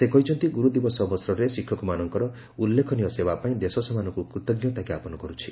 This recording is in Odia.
ସେ କହିଛନ୍ତି ଗୁରୁ ଦିବସ ଅବସରରେ ଶିକ୍ଷକମାନଙ୍କର ଉଲ୍ଲେଖନୀୟ ସେବା ପାଇଁ ଦେଶ ସେମାନଙ୍କୁ କୃତଜ୍ଞତା ଜ୍ଞାପନ କରୁଛି